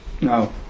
no